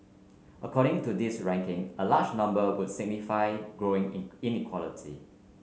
according to this ranking a larger number would signify growing in inequality